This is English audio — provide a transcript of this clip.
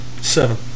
Seven